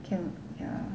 can ya